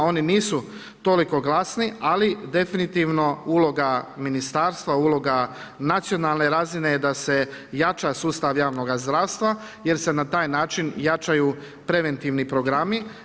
Oni nisu toliko glasni, ali definitivno uloga ministarstva, uloga nacionalne razine je da se jača sustav javnoga zdravstva, jer se na taj način jačaju preventivni programi.